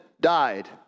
died